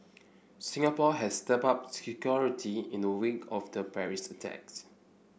Singapore has stepped up security in the wake of the Paris attacks